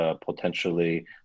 potentially